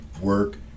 work